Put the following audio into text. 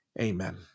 amen